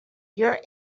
your